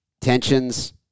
tensions